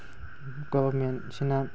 ꯒꯣꯕꯔꯃꯦꯟꯁꯤꯅ